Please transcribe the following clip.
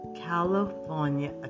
California